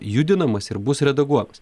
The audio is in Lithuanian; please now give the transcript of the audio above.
judinamas ir bus redaguogas